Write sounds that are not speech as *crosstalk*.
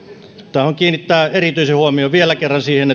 tahdon kiinnittää erityisen huomion vielä kerran siihen *unintelligible*